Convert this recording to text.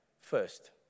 first